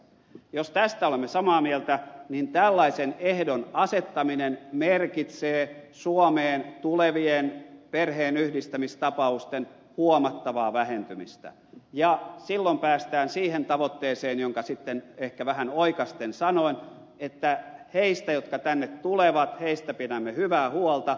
jos tästä olemme samaa mieltä niin tällaisen ehdon asettaminen merkitsee suomeen tulevien perheenyhdistämistapausten huomattavaa vähentymistä ja silloin päästään siihen tavoitteeseen jonka sitten ehkä vähän oikaisten sanoin että niistä jotka tänne tulevat pidämme hyvää huolta